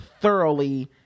thoroughly